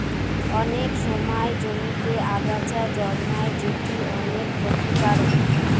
অনেক সময় জমিতে আগাছা জন্মায় যেটি অনেক ক্ষতিকারক